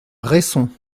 resson